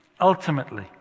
ultimately